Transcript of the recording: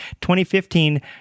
2015